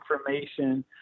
information